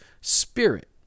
Spirit